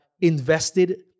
invested